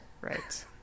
right